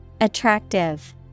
Attractive